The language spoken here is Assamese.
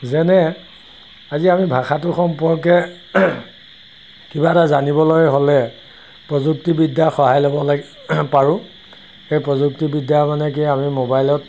যেনে আজি আমি ভাষাটো সম্পৰ্কে কিবা এটা জানিবলৈ হ'লে প্ৰযুক্তিবিদ্যাৰ সহায় ল'ব লাগি পাৰোঁ সেই প্ৰযুক্তিবিদ্যা মানে কি আমি মোবাইলত